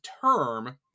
term